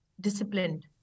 disciplined